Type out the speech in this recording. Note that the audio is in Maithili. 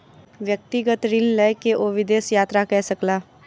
व्यक्तिगत ऋण लय के ओ विदेश यात्रा कय सकला